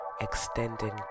extending